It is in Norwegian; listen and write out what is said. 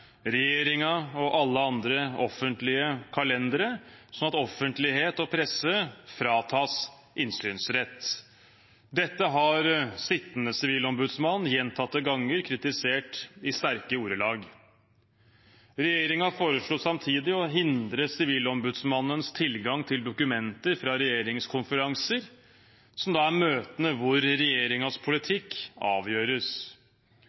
og alle andre offentlige kalendere, slik at offentlighet og presse fratas innsynsrett. Dette har sittende sivilombudsmann gjentatte ganger kritisert i sterke ordelag. Regjeringen foreslo samtidig å hindre Sivilombudsmannens tilgang til dokumenter fra regjeringskonferanser, som er møtene hvor